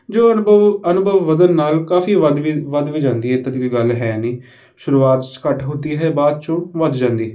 ਜੋ ਅਨੁਭਵ ਅਨੁਭਵ ਵਧਣ ਨਾਲ ਕਾਫ਼ੀ ਵੱਧ ਵੀ ਵੱਧ ਵੀ ਜਾਂਦੀ ਹੈ ਇੱਦਾਂ ਦੀ ਕੋਈ ਗੱਲ ਹੈ ਨਹੀਂ ਸ਼ੁਰੂਆਤ 'ਚ ਘੱਟ ਹੋਤੀ ਹੈ ਬਾਅਦ 'ਚ ਵੱਧ ਜਾਂਦੀ ਹੈ